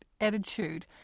attitude